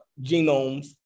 genomes